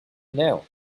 now